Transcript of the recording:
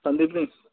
సందీప్ని